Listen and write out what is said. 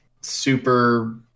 super